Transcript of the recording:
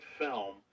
film